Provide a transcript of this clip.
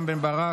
רם בן ברק